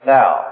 now